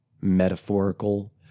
metaphorical